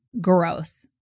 gross